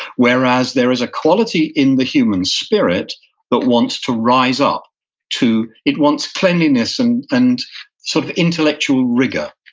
whereas there is a quality in the human spirit that but wants to rise up to, it wants cleanliness and and sort of intellectual rigor.